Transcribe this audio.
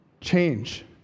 change